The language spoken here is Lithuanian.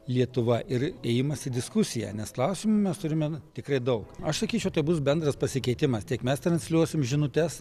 lietuva ir ėjimas į diskusiją nes klausimų mes turime tikrai daug aš sakyčiau tai bus bendras pasikeitimas tiek mes transliuosim žinutes